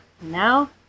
Now